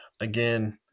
again